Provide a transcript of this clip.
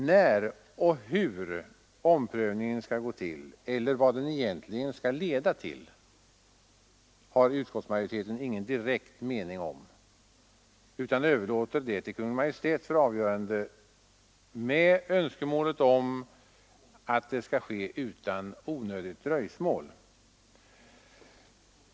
När omprövningen skall ske och hur den skall gå till och vad den egentligen skall leda till har utskottsmajoriteten ingen direkt mening om, utan överlåter det till Kungl. Maj:t för avgörande med önskemålet om att det skall ske utan onödigt dröjsmål.